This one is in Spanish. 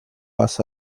vas